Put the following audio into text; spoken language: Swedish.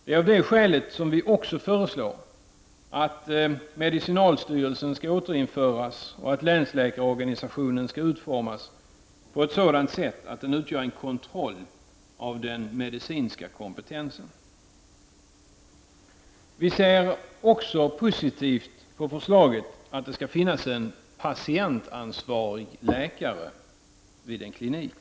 Det är av det skälet som vi också föreslår att medicinalstyrelsen skall återinföras och att länsläkarorganisationen skall utformas på ett sådant sätt att den utgör en kontroll av den medicinska kompetensen. Vi ser också positivt på förslaget att det skall finnas en patientansvarig läkare vid en klinik.